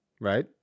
Right